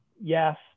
Yes